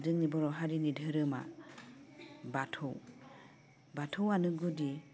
जोंनि बर' हारिनि दोहोरोमा बाथौ बाथौवानो गुदि